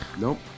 Nope